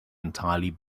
entirely